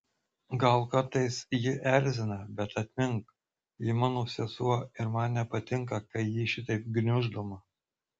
gal kartais ji erzina bet atmink ji mano sesuo ir man nepatinka kai ji šitaip gniuždoma